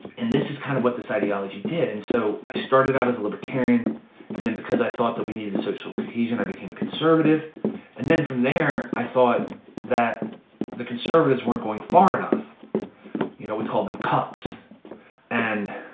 and this is kind of what this ideology did and so i started out as a libertarian and then because i thought that we needed social cohesion. i became a conservative and then from there. i thought that the conservatives weren't going far enough you know, we call them cucks and